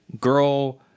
girl